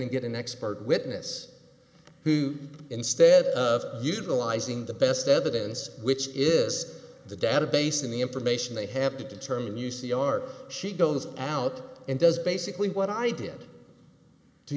and get an expert witness who instead of utilizing the best evidence which is the database in the information they have to determine u c r she goes out and does basically what i did to